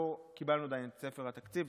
עדיין לא קיבלנו את ספר התקציב,